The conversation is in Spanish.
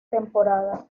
temporada